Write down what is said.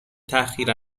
تاخیر